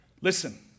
Listen